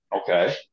Okay